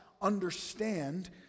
understand